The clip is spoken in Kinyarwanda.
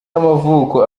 y’amavuko